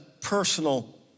personal